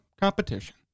competition